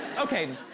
okay,